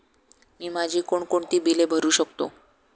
मी माझी कोणकोणती बिले भरू शकतो?